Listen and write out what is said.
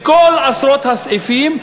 בכל עשרות הסעיפים,